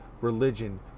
religion